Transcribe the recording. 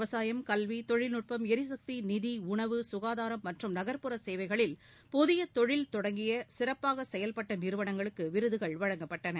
விவசாயம் கல்வி தொழில்நுட்பம் எரிசக்தி நிதி உணவு சுகாதாரம் மற்றும் நகர்புற ச சேவைகளில் புதிய தொழில் தொடங்கிய ச சிறப்பாக ச செயல்பட்ட நிறுவனங்களுக்கு விருதுகள் வழங்கப்பட்டன